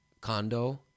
condo